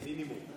מינימום.